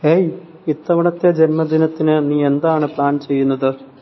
hey ഇത്തവണത്തെ ജന്മദിനത്തിന് നീ എന്താണ് പ്ലാൻ ചെയ്യുന്നത്